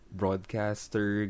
broadcaster